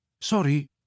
Sorry